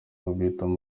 uguhitamo